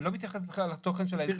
אני לא מתייחס בכלל לתוכן של ההסדר,